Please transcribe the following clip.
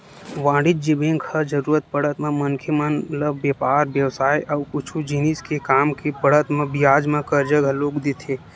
वाणिज्य बेंक ह जरुरत पड़त म मनखे मन ल बेपार बेवसाय अउ कुछु जिनिस के काम के पड़त म बियाज म करजा घलोक देथे